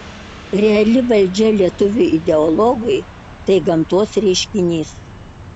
reali valdžia lietuviui ideologui tai gamtos reiškinys